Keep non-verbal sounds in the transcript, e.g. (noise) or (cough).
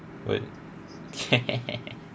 what (laughs)